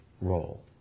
role